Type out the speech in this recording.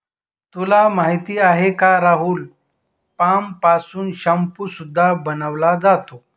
तुला माहिती आहे का राहुल? पाम पासून शाम्पू सुद्धा बनवला जातो